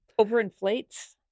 Overinflates